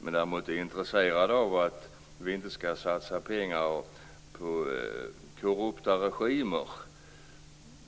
Jag är däremot intresserad av att vi inte skall satsa pengar på korrupta regimer,